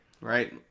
right